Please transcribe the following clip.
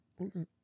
Okay